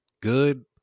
good